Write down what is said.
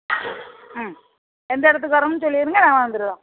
ம் எந்த இடத்துக்கு வரணும் சொல்லிருங்கள் நாங்கள் வந்திருவோம்